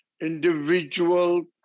individual